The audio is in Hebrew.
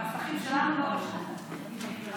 מירב,